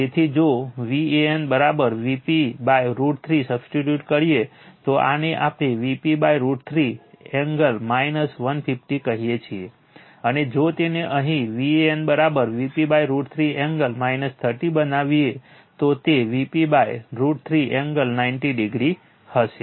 તેથી જો Van Vp √ 3 substitute કરીએ તો આને આપણે Vp √ 3 એંગલ 150o કહીએ છીએ અને જો તેને અહીં Van Vp√ 3 એંગલ 30 બનાવીએ તો તે Vp√ 30 એંગલ 90o હશે